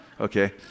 okay